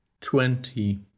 twenty